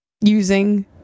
using